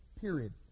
period